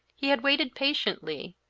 he had waited patiently,